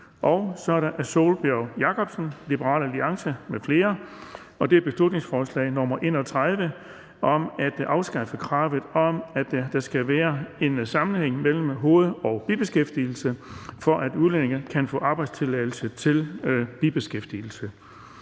Beslutningsforslag nr. B 31 (Forslag til folketingsbeslutning om at afskaffe kravet om, at der skal være en sammenhæng mellem hoved- og bibeskæftigelse, for at udlændinge kan få arbejdstilladelse til bibeskæftigelse).